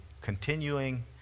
continuing